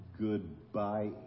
goodbye